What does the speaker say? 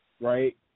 right